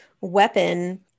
weapon